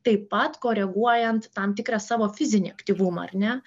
taip pat koreguojant tam tikrą savo fizinį aktyvumą ar ne